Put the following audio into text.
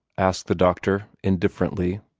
asked the doctor, indifferently.